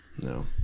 no